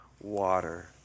water